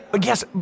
Yes